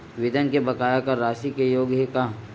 वेतन के बकाया कर राशि कर योग्य हे का?